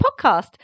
podcast